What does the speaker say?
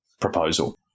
proposal